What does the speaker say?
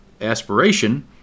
aspiration